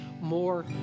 more